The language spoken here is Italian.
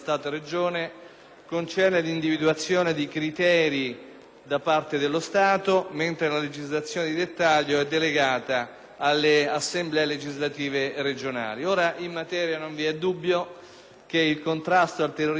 da parte dello Stato, mentre la legislazione di dettaglio è delegata alle Assemblee legislative regionali. Non v'è dubbio che il contrasto al terrorismo internazionale sia una specifica materia